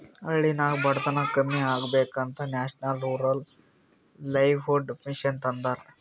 ಹಳ್ಳಿನಾಗ್ ಬಡತನ ಕಮ್ಮಿ ಆಗ್ಬೇಕ ಅಂತ ನ್ಯಾಷನಲ್ ರೂರಲ್ ಲೈವ್ಲಿಹುಡ್ ಮಿಷನ್ ತಂದಾರ